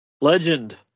Legend